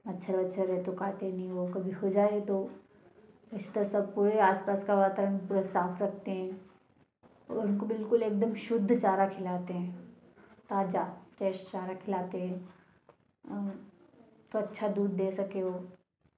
मच्छर वच्छर रहे तो काटे नही कभी हो जाए तो इस तरह से पूरे आसपास का वातावरण पूरा साफ़ रखते हैं और उनको बिल्कुल एकदम शुद्ध चारा खिलाते हैं ताज़ा फ्रेस चारा खिलाते हैं और तो अच्छा दूध दे सके वह